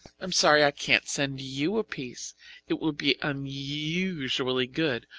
i'm sorry i can't send you a piece it will be unusually good,